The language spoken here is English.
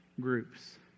groups